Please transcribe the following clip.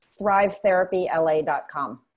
ThriveTherapyLA.com